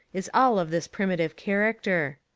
is all of this primitive character.